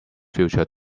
future